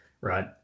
right